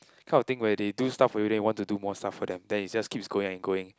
kind of thing where they do stuff for you then you want to do more stuff for them then it just keep going and going